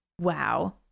wow